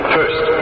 First